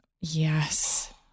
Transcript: Yes